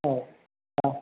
औ औ